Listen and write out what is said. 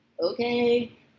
Okay